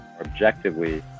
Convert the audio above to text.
objectively